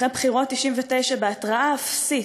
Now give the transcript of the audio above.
אחרי בחירות 1999, בהתראה אפסית,